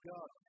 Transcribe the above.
God